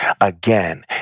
Again